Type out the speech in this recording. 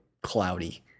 cloudy